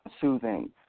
soothing